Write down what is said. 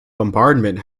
bombardment